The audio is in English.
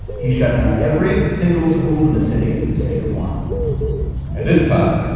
he shut down every single school in the city for the sake of one and this time,